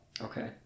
Okay